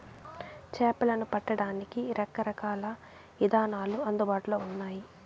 చేపలను పట్టడానికి రకరకాల ఇదానాలు అందుబాటులో ఉన్నయి